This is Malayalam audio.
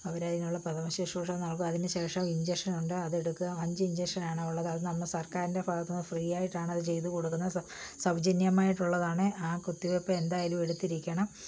അവർ അതിനുള്ള പ്രഥമ ശുശ്രൂഷ നൽകും അതിനുശേഷം ഇഞ്ചക്ഷനുണ്ട് അത് എടുക്കുക അഞ്ച് ഇഞ്ചക്ഷനാണുള്ളത് അത് നമ്മുടെ സർക്കാരിൻ്റെ ഭാഗത്തുന്ന് ഫ്രീ ആയിട്ടാണ് അത് ചെയ്തു കൊടുക്കുന്നത് സൗജന്യമായിട്ടുള്ളതാണ് ആ കുത്തിവെപ്പ് എന്തായാലും എടുത്തിരിക്കണം